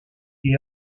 est